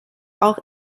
auch